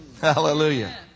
Hallelujah